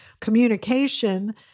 communication